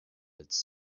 its